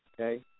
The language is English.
okay